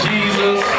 Jesus